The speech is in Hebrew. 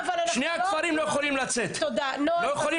שני הכפרים לא יכולים לצאת לרחוב.